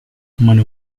meine